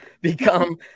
become